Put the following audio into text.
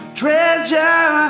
treasure